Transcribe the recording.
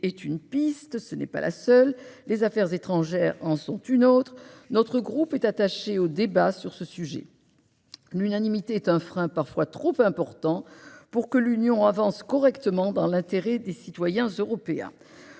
est une piste, mais ce n'est pas la seule. Les affaires étrangères en sont une autre. Le groupe Les Indépendants est attaché au débat sur ce sujet. L'unanimité est un frein parfois trop important pour que l'Union européenne avance correctement dans l'intérêt des citoyens européens.